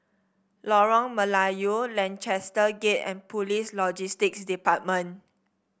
Lorong Melayu Lancaster Gate and Police Logistics Department